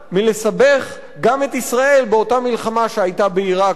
באותה מלחמה שהיתה בעירק באותם ימים.